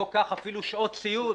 בוא קח אפילו שעות ציוד